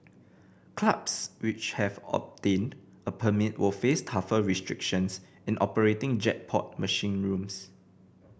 clubs which have obtained a permit will face tougher restrictions in operating jackpot machine rooms